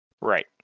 Right